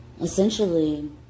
Essentially